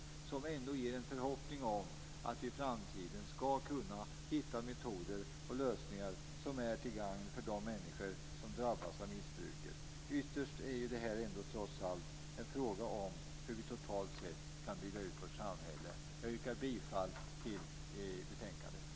Det ger ändå en förhoppning om att vi i framtiden skall kunna hitta metoder och lösningar som är till gagn för de människor som drabbas av missbruket. Ytterst är det här trots allt en fråga om hur vi totalt sett kan bygga upp vårt samhälle. Jag yrkar bifall till hemställan i betänkandet.